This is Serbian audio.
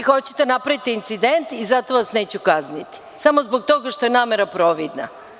Hoćete da napravite incident i zato vas neću kazniti, samo zbog toga što je namera providna.